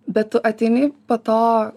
bet tu ateini po to